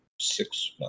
six